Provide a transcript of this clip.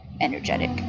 energetic